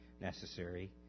necessary